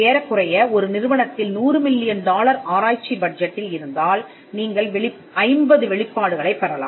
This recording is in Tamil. ஏறக்குறைய ஒரு நிறுவனத்தில் 100 மில்லியன் டாலர் ஆராய்ச்சி பட்ஜெட்டில் இருந்தால் நீங்கள் 50 வெளிப்பாடுகளைப் பெறலாம்